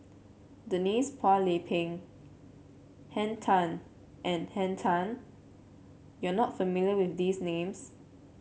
Denise Phua Lay Peng Henn Tan and Henn Tan you are not familiar with these names